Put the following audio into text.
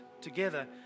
together